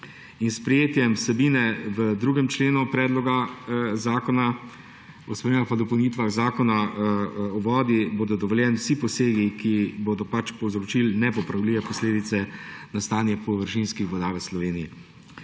S sprejetjem vsebine v 2. členu Predloga zakona o spremembah pa dopolnitvah Zakona o vodi bodo dovoljeni vsi posegi, ki bodo povzročili nepopravljive posledice stanju površinskih voda v Sloveniji.